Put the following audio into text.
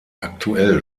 aktuell